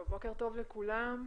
בוקר טוב לכולם.